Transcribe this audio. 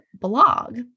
blog